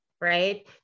right